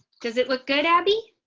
does it look good. abby.